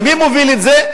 ומי מוביל את זה?